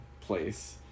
place